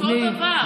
אותו דבר.